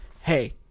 hey